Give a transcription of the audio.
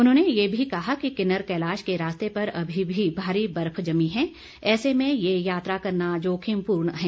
उन्होंने ये भी कहा कि किन्नर कैलाश के रास्ते पर अभी भी भारी बर्फ जमी है ऐसे में ये यात्रा करना जोखिमपूर्ण है